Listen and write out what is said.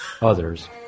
others